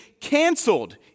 canceled